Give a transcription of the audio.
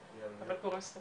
אבל שווה כמובן לבדוק את זה.